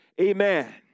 amen